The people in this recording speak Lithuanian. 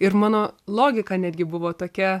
ir mano logika netgi buvo tokia